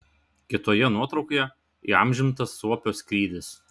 kitoje nuotraukoje įamžintas suopio skrydis